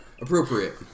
appropriate